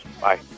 Bye